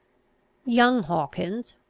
young hawkins,